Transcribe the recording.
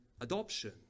adoption